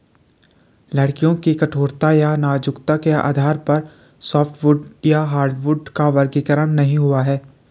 लकड़ियों की कठोरता या नाजुकता के आधार पर सॉफ्टवुड या हार्डवुड का वर्गीकरण नहीं हुआ है